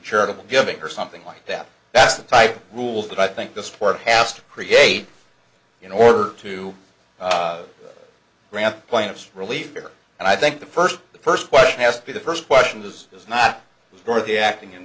charitable giving her something like that that's the type rules that i think the sport has to create in order to grant plaintiffs relief here and i think the first the first question has to be the first question does is not going to be acting in